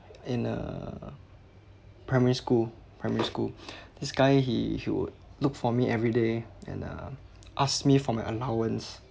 in uh primary school primary school this guy he he would look for me every day and uh asked me for my allowance